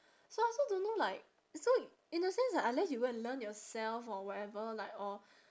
so I also don't know like so in a sense like unless you go and learn yourself or whatever like or